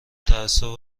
تعصب